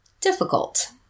difficult